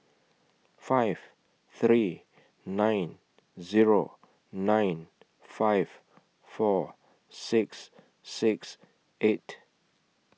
five three nine Zero nine five four six six eight